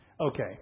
Okay